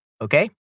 Okay